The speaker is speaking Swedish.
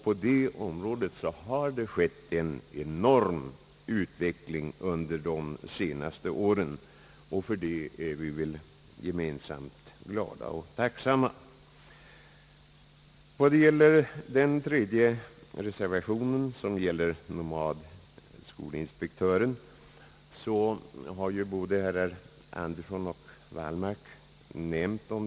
På området har det skeit en enorm utveckling under de senaste åren, och för det är vi väl gemensamt glada och tacksamma. Den tredje reservationen, som gäller nomadskolinspektören, har behandlats av herrar Andersson och Wallmark.